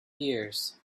years